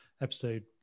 episode